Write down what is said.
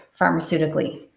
pharmaceutically